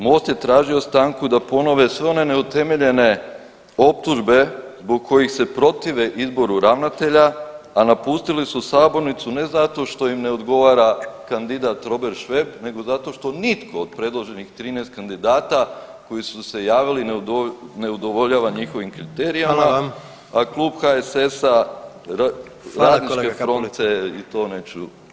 Most je tražio stanku da ponove sve one neutemeljene optužbe zbog kojih se protive izboru ravnatelja, a napustili su sabornicu ne zato što im ne odgovara kandidat Robert Šveb nego zato što nitko od predloženih 13 kandidata koji su se javili ne udovoljava njihovim kriterijima, a [[Upadica: Hvala vam.]] Klub HSS-a i Radničke fronte [[Upadica: Hvala kolega Kapulica.]] i to, neću